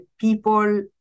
people